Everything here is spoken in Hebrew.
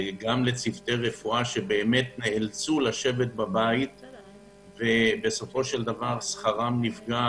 גם לצוותי רפואה שנאלצו לשבת בבית ושכרם נפגע